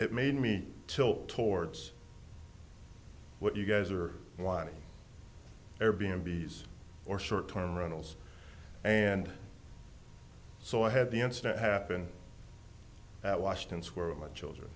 it made me tilt towards what you guys are wanting or b and b s or short term rentals and so i had the incident happen at washington square with my children